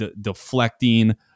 deflecting